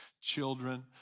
children